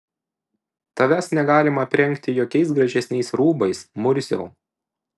tavęs negalima aprengti jokiais gražesniais rūbais murziau